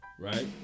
right